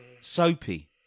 Soapy